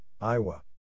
Iowa